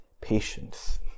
patience